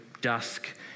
dusk